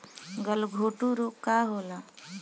गलघोटू रोग का होला?